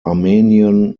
armenian